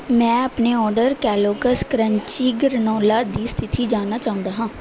ਮੈਂ ਆਪਣੇ order Kellogg's crunchy granola ਦੀ ਸਥਿਤੀ ਜਾਣਨਾ ਚਾਹੁੰਦਾ ਹਾਂ